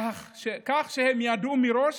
כך שהם ידעו מראש